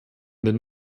den